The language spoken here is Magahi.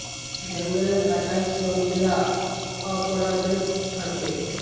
जंगलेर कटाई स मृदा अपरदन ह छेक